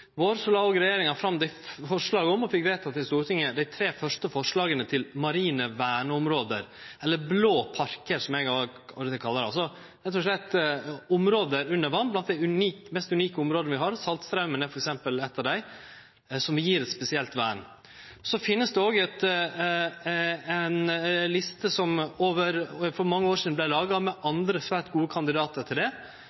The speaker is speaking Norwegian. vår la den førre regjeringa fram – og fekk vedteke i Stortinget – dei tre første forslaga til marine verneområde, eller blå parkar, som eg av og til kallar det – rett og slett område under vatn som er blant dei mest unike områda vi har – Saltstraumen er f.eks. eit av dei, som vi gir eit spesielt vern. Det finst òg ei liste, som for mange år sidan vart laga,